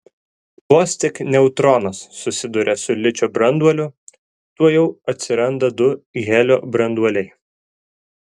vos tik neutronas susiduria su ličio branduoliu tuojau atsiranda du helio branduoliai